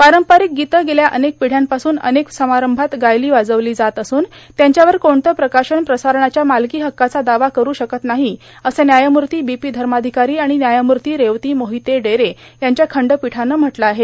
पारंपारक गीतं गेल्या अनेक र्पट्यांपासून अनेक समारंभात गायले वाजवले जात असून त्यांच्यावर कोणतं प्रकाशन प्रसारणाच्या मालकों हक्काचा दावा करु शकत नाही असं न्यायमूर्ता बी पी धर्माधकारां आर्गण न्यायमूर्ता रेवती मोहिते डेरे यांच्या खंडपीठानं म्हटलं आहे